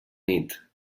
nit